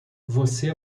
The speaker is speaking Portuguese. você